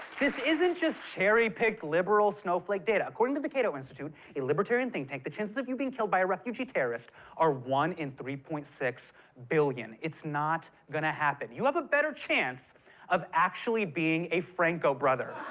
this isn't just cherry-picked liberal-snowflake data. according to the cato institute, a libertarian think tank, the chances of being killed by a refugee terrorist are one in three point six billion. it's not gonna happen. you have a better chance of actually being a franco brother.